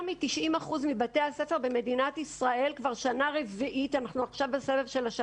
מ-90% מבתי הספר במדינת ישראל כבר שנה רביעית יש